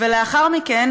ולאחר מכן,